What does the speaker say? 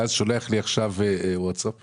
שולח לי עכשיו ווטסאפ